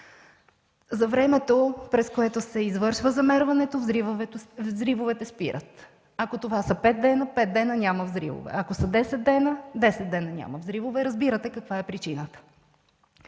За времето, през което се извършва замерването, взривовете спират и ако това са пет дни – пет дни няма взривове, ако са десет дни – десет дни няма взривове. Разбирате каква е причината.